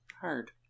hard